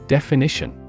Definition